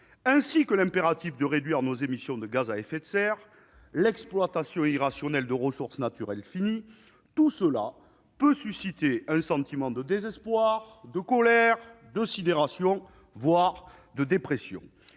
ainsi que l'impératif de réduire nos émissions de gaz à effet serre, l'exploitation irrationnelle de ressources naturelles finies : tout cela peut susciter un sentiment de désespoir, de colère, de sidération, voire de dépression,